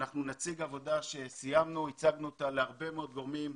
אנחנו נציג עבודה שסיימנו והצגנו להרבה מאוד גורמים,